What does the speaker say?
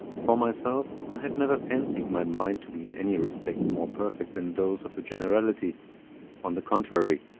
for myself, i have never fancied my mind to be in any respect more perfect than those of the generality on the contrary,